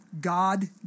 God